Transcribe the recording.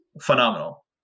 phenomenal